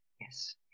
Yes